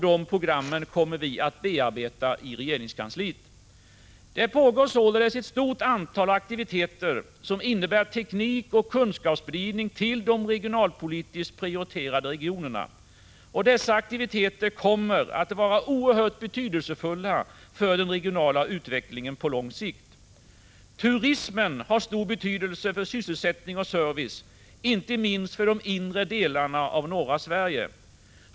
De programmen kommer vi att bearbeta i regeringskansliet. Det pågår således ett stort antal aktiviteter, som innebär teknikoch kunskapsspridning till de regionalpolitiskt prioriterade regionerna. Dessa aktiviteter kommer att vara oerhört betydelsefulla för den regionala utvecklingen på lång sikt. Turismen har stor betydelse för sysselsättning och service, inte minst för de inre delarna av norra Sverige.